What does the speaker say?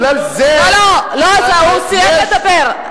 לא, בגלל זה, לא, הוא סיים לדבר.